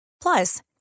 Plus